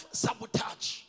sabotage